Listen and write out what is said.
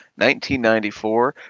1994